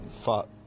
fought